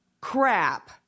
crap